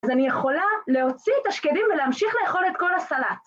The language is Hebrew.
אז אני יכולה להוציא את השקדים ולהמשיך לאכול את כל הסלט.